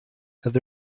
have